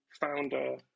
founder